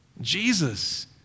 Jesus